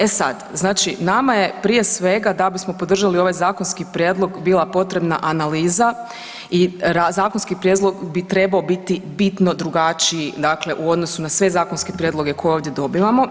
E sada, nama je prije svega da bismo podržali ovaj zakonski prijedlog bila potrebna analiza i zakonski prijedlog bi trebao biti bitno drugačiji u odnosu na sve zakonske prijedloge koje ovdje dobivamo.